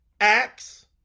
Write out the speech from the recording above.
Acts